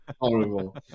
horrible